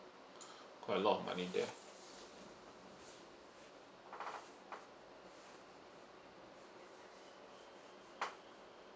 quite a lot of money there